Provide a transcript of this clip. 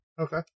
Okay